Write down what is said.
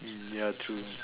ya true